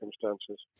circumstances